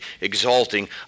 exalting